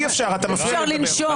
בקיום הדיון אתה מוציא אותי החוצה.